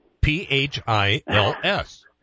P-H-I-L-S